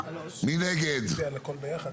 3 נגד,